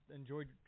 enjoyed